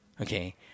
Okay